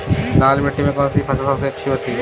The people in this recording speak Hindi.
लाल मिट्टी में कौन सी फसल सबसे अच्छी उगती है?